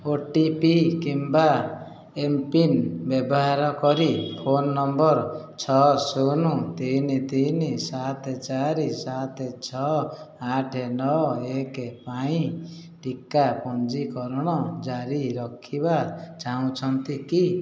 ଓ T P କିମ୍ବା mPIN ବ୍ୟବହାର କରି ଫୋନ୍ ନମ୍ବର ଛଅ ଶୂନ ତିନି ତିନି ସାତ ଚାରି ସାତ ଛଅ ଆଠ ନଅ ଏକ ପାଇଁ ଟିକା ପଞ୍ଜୀକରଣ ଜାରି ରଖିବା ଚାହୁଁଛନ୍ତି କି